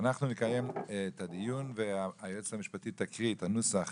אנחנו נקיים את הדיון והיועצת המשפטית תקריא את הנוסח